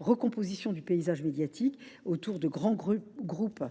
recomposition du paysage médiatique autour de grands groupes